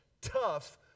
tough